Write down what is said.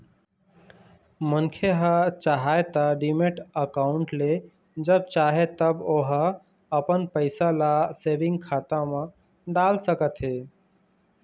मनखे ह चाहय त डीमैट अकाउंड ले जब चाहे तब ओहा अपन पइसा ल सेंविग खाता म डाल सकथे